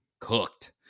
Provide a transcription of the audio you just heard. cooked